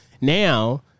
now